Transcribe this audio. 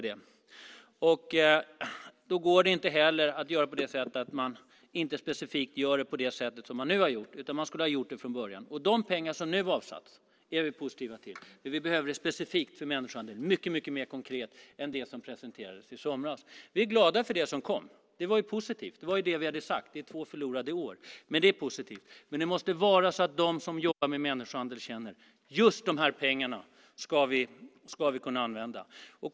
Då går det inte heller att göra det specifikt på det sätt som man nu har gjort, utan man skulle ha gjort det från början. De pengar som nu avsatts är vi positiva till, men vi behöver det specifikt för människohandel, mycket mer konkret än det som presenterades i somras. Vi är glada för det som kom. Det var positivt. Det var ju det vi hade sagt. Det är två förlorade år, men det är positivt. Men det måste vara så att de som jobbar med människohandel känner: Just de här pengarna ska vi kunna använda.